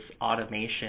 automation